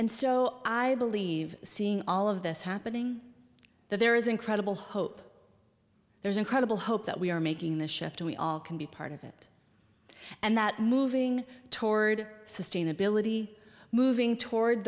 and so i believe seeing all of this happening that there is incredible hope there's incredible hope that we are making the shift we all can be part of it and that moving toward sustainability moving toward